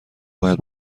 باید